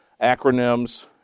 acronyms